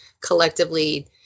collectively